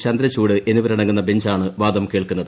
ചന്ദ്രചൂഡ് എന്നിവരടങ്ങുന്ന ബഞ്ചാണ് വാദം കേൾക്കുന്നത്